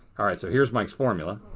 alright, so here's mike's formula.